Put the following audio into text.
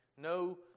no